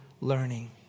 learning